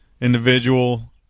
individual